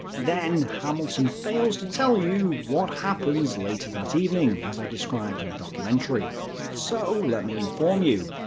then hamilton fails to tell you what happens later that evening. as i described in the documentary so let me inform you.